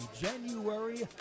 January